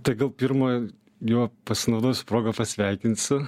tai gal pirma jo pasinaudosiu proga pasveikinsiu